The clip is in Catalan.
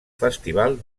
festival